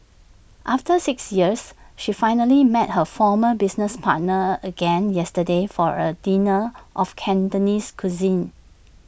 after six years she finally met her former business partners again yesterday for A dinner of Cantonese cuisine